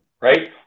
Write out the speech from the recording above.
right